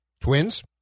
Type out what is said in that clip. Twins